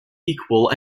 equal